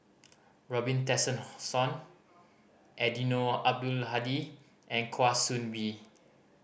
Robin Tessensohn Eddino Abdul Hadi and Kwa Soon Bee